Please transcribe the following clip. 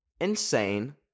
insane